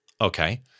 Okay